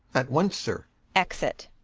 at once, sir exit.